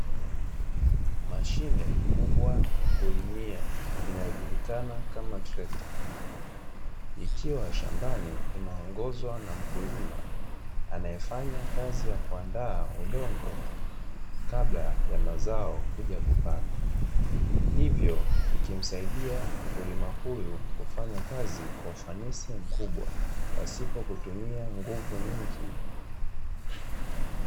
Mashine kubwa ya kulimia inayojulikana kama trekta ikiwa shambani imeongozwa na mkulima anayefanya kazi ya kuandaa udongo kabla ya mazao kuja kupandwa, hivyo ikimsaidia mkulima huyu kufanya kazi kwa ufanisi mkubwa pasipo kutumia nguvu nyingi.